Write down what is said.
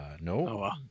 No